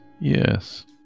Yes